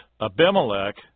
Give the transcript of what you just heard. Abimelech